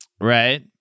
Right